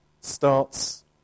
starts